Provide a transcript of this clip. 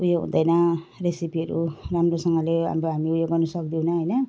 ऊ यो हुँदैन रेसिपीहरू राम्रोसँगले अब हामी ऊ यो गर्नु सक्दैनौँ हैन